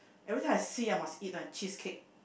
every time I see ah must eat [one] cheesecake